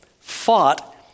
fought